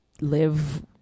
live